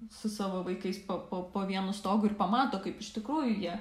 su savo vaikais po po po vienu stogu ir pamato kaip iš tikrųjų jie